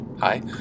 Hi